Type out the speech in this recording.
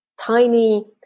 tiny